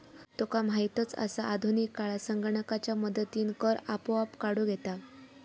तुका माहीतच आसा, आधुनिक काळात संगणकाच्या मदतीनं कर आपोआप काढूक येता